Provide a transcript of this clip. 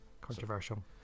Controversial